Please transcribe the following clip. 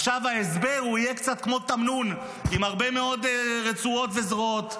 עכשיו ההסבר יהיה קצת כמו תמנון עם הרבה רצועות וזרועות,